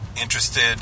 interested